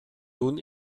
nun